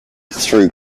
through